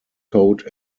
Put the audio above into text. code